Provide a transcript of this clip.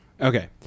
Okay